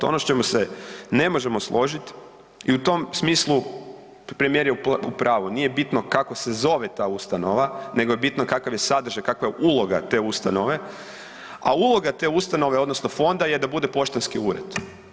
Ono s čime se ne možemo složit i u tom smislu premijer je u pravu, nije bitno kako se zove ta ustanova nego je bitno kakav je sadržaj, kakva je uloga te ustanove, a uloga te ustanove odnosno fonda je da bude poštanski ured.